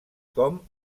com